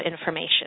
information